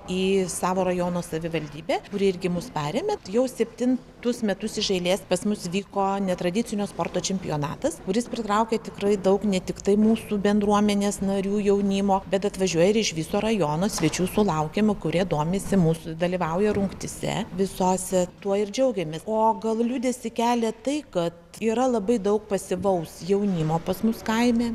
į savo rajono savivaldybę kuri irgi mus paremia jau septintus metus iš eilės pas mus vyko netradicinio sporto čempionatas kuris pritraukė tikrai daug ne tiktai mūsų bendruomenės narių jaunimo bet atvažiuoja ir iš viso rajono svečių sulaukiame kurie domisi mūsų dalyvauja rungtyse visose tuo ir džiaugiamės o gal liūdesį kelia tai kad yra labai daug pasyvaus jaunimo pas mus kaime